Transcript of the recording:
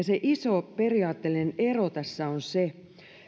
se iso periaatteellinen ero tässä on se